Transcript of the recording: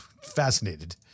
fascinated